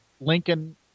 Lincoln